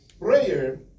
prayer